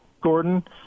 Gordon